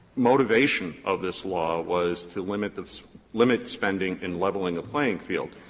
motivation of this law was to limit the limit spending in leveling the playing field.